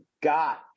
got